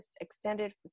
extended